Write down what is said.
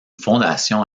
fondation